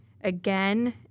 again